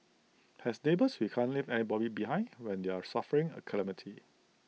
as neighbours we can't leave anybody behind when they're suffering A calamity